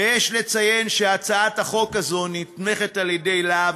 ויש לציין שהצעת החוק הזאת נתמכת על-ידי "להב",